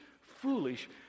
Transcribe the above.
foolish